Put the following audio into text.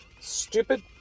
stupid